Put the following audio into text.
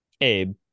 Abe